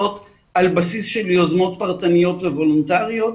על בסיס של יוזמות פרטניות וולונטריות,